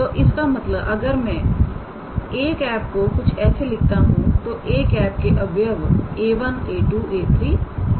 तो इसका मतलब अगर मैं 𝑎̂ को कुछ ऐसे लिखता हूं तो 𝑎̂ के अवयव 𝑎1 𝑎2 𝑎3होंगे